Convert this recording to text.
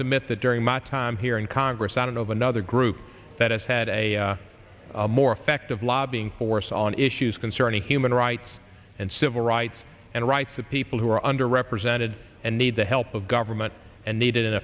submit that during my time here in congress and of another group that has had a more effective lobbying force on issues concerning human rights and civil rights and rights of people who are under represented and need the help of government and needed